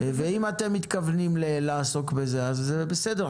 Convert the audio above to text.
אם אתם מתכוונים לעסוק בזה, זה בסדר.